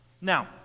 Now